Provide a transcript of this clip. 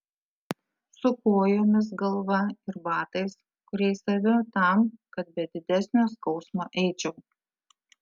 su kojomis galva ir batais kuriais aviu tam kad be didesnio skausmo eičiau